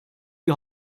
die